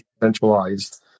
decentralized